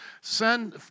Send